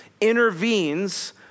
intervenes